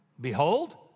behold